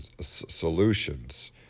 solutions